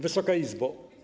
Wysoka Izbo!